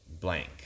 blank